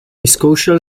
vyzkoušel